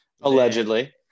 Allegedly